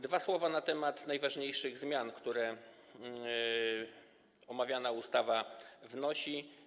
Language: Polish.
Dwa słowa na temat najważniejszych zmian, które omawiana ustawa wnosi.